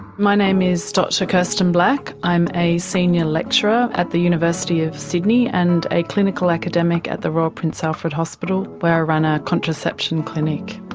my name is dr kirsten black, i'm a senior lecturer at the university of sydney and a clinical academic at the royal prince alfred hospital where i run a contraception clinic.